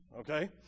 Okay